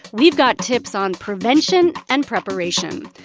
we've got tips on prevention and preparation.